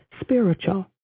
spiritual